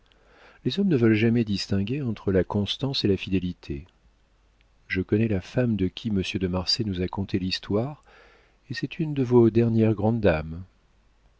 les hommes ne veulent jamais distinguer entre la constance et la fidélité je connais la femme de qui monsieur de marsay nous a conté l'histoire et c'est une de vos dernières grandes dames